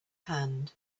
hand